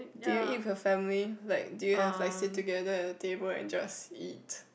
do you eat with your family like do you have like just sit together at a table and just eat